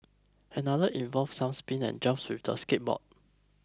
another involved some spins and jumps with the skateboard